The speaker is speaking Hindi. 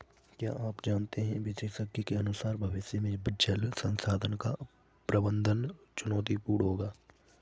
क्या आप जानते है विशेषज्ञों के अनुसार भविष्य में जल संसाधन का प्रबंधन चुनौतीपूर्ण होगा